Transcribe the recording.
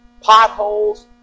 Potholes